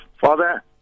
Father